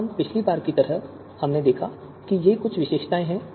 अब पिछली बार की तरह हमने देखा कि ये कुछ विशेषताएँ हैं